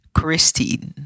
Christine